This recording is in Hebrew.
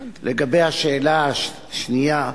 לגבי השאלה השנייה,